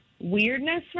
weirdness